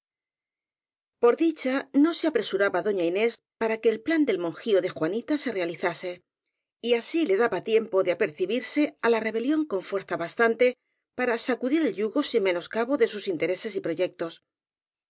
por dicha no se apresuraba doña inés para que el plan del monjío de juanita se realizase y así le daba tiempo de apercibirse á la rebelión con fuer za bastante para sacudir el yugo sin menoscabo de sus intereses y proyectos